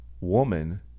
woman